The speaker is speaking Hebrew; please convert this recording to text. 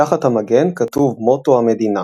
מתחת המגן כתוב מוטו המדינה